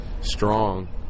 strong